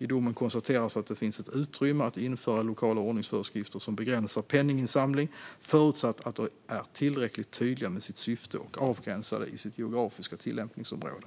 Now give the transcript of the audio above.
I domen konstateras att det finns ett utrymme att införa lokala ordningsföreskrifter som begränsar penninginsamling, förutsatt att de är tillräckligt tydliga med sitt syfte och avgränsade i sitt geografiska tillämpningsområde.